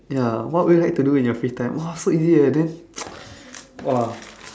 ya what will you like to do in your free time !wah! so easy eh then !wah!